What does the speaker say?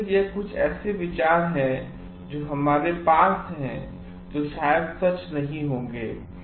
और इसलिए यह कुछ ऐसे विचार हैं जो हमारे पास हैं जो शायद सच नहीं होंगे